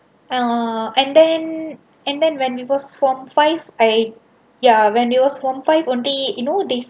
ah and then and then when we was form five I ya when they was form five they you know they